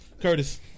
Curtis